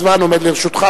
הזמן עובר לרשותך,